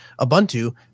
Ubuntu